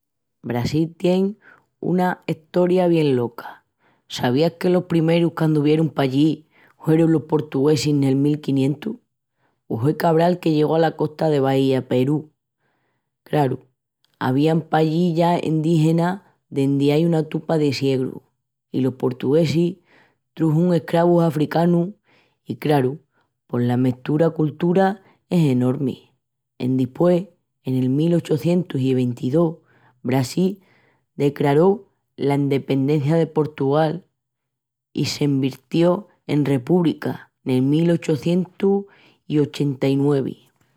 Brasil tien una estoria bien loca. Sabiás que los primerus qu'andavan pallí huerun los portuguesis nel mil quinientus? Pos hue Cabral que llegó ala costa de Bahía. Peru, craru, avían pallí ya endígenas dendi ai una tupa de siegrus. I los portuguesis truxun escravus africanus i, craru, pos la mestura coltural es enormi. Endispués, en el mil ochucientus i ventidós, Brasil decraró la endependencia de Portugal i s'envirtió en repúbrica nel mil ochucientus i ochenta-i-nuevi.